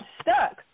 stuck